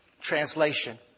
translation